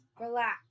relax